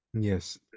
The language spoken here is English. yes